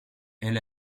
elle